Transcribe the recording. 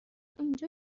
اینجا